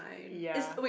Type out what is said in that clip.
ya